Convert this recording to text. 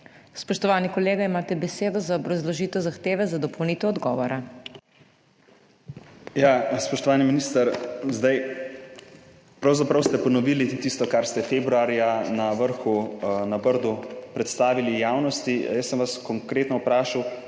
Spoštovani kolega, imate besedo za obrazložitev zahteve za dopolnitev odgovora. **ANDREJ HOIVIK (PS SDS):** Spoštovani minister, zdaj ste pravzaprav ponovili tisto, kar ste februarja na vrhu na Brdu predstavili javnosti. Jaz sem vas konkretno vprašal,